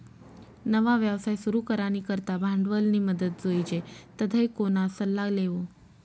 नवा व्यवसाय सुरू करानी करता भांडवलनी मदत जोइजे तधय कोणा सल्ला लेवो